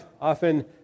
often